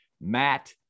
Matt